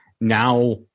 now